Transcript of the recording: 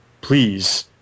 please